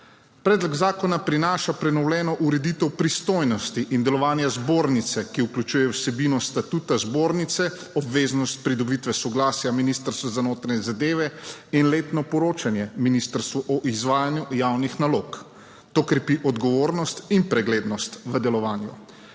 Predlog zakona prinaša prenovljeno ureditev pristojnosti in delovanja zbornice, ki vključuje vsebino statuta zbornice, obveznost pridobitve soglasja Ministrstva za notranje zadeve in letno poročanje ministrstvu o izvajanju javnih nalog. To krepi odgovornost in preglednost v delovanju.